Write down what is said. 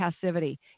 passivity